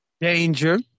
danger